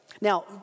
Now